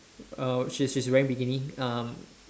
uh she's she's she's wearing bikini um